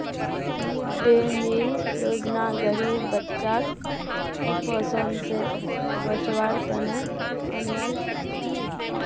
mid day meal योजना गरीब बच्चाक कुपोषण स बचव्वार तने अन्याल कि